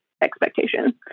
expectation